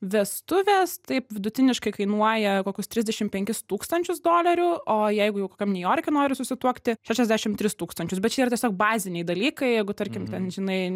vestuvės taip vidutiniškai kainuoja kokius trisdešim penkis tūkstančius dolerių o jeigu jau kokiam niujorke nori susituokti šešiasdešim tris tūkstančius bet čia yra tiesiog baziniai dalykai jeigu tarkim ten žinai